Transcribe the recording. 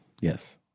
yes